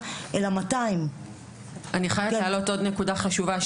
לא 100% אלא 200%. אני חייבת להעלות עוד נקודה חשובה.